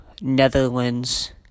Netherlands